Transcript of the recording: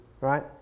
right